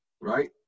right